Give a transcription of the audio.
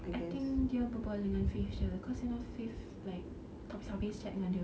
I think dia berbual dengan faith jer cause faith like tak habis-habis chat dengan dia